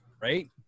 Right